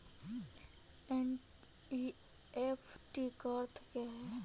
NEFT का अर्थ क्या है?